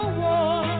war